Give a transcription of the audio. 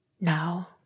Now